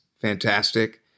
fantastic